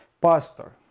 Pastor